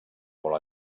molt